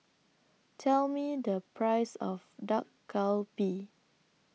Tell Me The Price of Dak Galbi